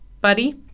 Buddy